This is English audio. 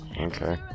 Okay